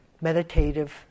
meditative